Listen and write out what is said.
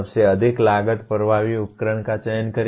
सबसे अधिक लागत प्रभावी उपकरण का चयन करें